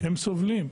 הם סובלים,